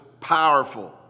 powerful